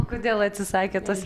o kodėl atsisakėt tos